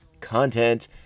content